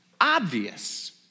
obvious